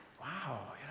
wow